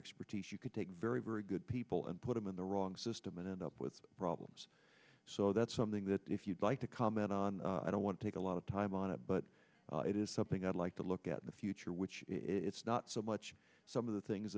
expertise you could take very very good people and put them in the wrong system and end up with problems so that's something that if you'd like to comment on i don't want to take a lot of time on it but it is something i'd like to look at the future which it's not so much some of the things